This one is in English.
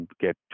get